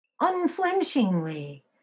unflinchingly